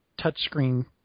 touchscreen